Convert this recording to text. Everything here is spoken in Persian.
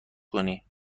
کنی